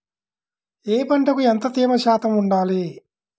ఏ పంటకు ఎంత తేమ శాతం ఉండాలి?